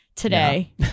Today